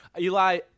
Eli